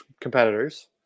competitors